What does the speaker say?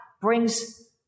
brings